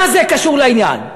מה זה קשור לעניין?